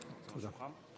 תודה.